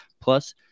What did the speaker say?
Plus